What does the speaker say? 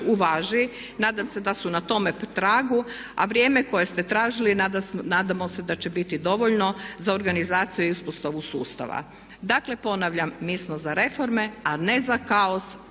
uvaži, nadam se da su na tome tragu a vrijeme koje ste tražili nadamo se da će biti dovoljno za organizaciju i uspostavu sustava. Dakle, ponavljam mi smo za reforme a ne za kaos,